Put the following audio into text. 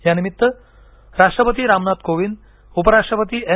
या निमित्त राष्ट्रपती रामनाथ कोविंद उपराष्ट्रपती एम